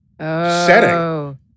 setting